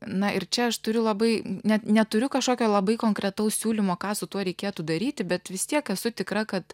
na ir čia aš turiu labai net neturiu kažkokio labai konkretaus siūlymo ką su tuo reikėtų daryti bet vis tiek esu tikra kad